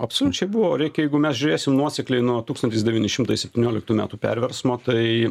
apsoliučiai buvo reikia jeigu mes žiūrėsim nuosekliai nuo tūkstantis devyni šimtai septynioliktų metų perversmo tai